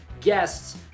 guests